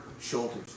shoulders